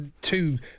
two